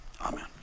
Amen